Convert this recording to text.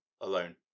alone